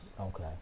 Okay